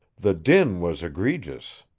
the din was egregious.